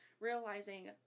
realizing